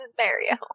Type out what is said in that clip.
Mario